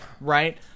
Right